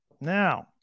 Now